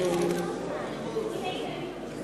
חברי הכנסת)